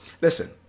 listen